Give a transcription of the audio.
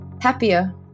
happier